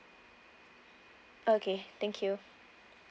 okay thank you